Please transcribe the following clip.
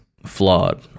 flawed